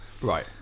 right